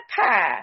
pie